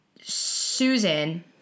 Susan